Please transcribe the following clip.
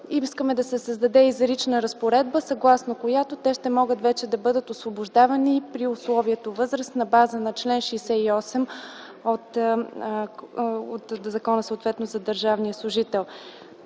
искаме да се създаде изрична разпоредба, съгласно която те ще могат вече да бъдат освобождавани при условието възраст на база на чл. 68 от Закона за държавния служител.